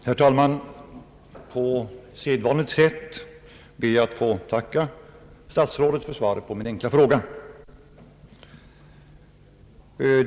Herr talman! På sedvanligt sätt ber jag att få tacka statsrådet för svaret på min enkla fråga.